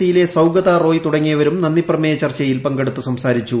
സിയിലെ സൌഗതറോയ് തുടങ്ങിയവരും നന്ദി പ്രമേയ ചർച്ചയിൽ പങ്കെടുത്തു സംസാരിച്ചു